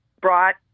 brought